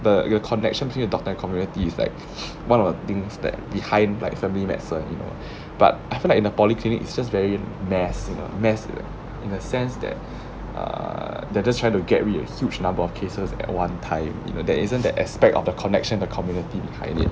the your connection between your doctor and community is like one of the things that behind like family medicine but I feel like in a polyclinic is just very lost messy in a sense that err they're just trying to get rid a huge number of cases at one time in a day there isn't that aspect of the connection of the community behind it